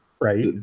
Right